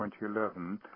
2011